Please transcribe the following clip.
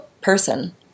person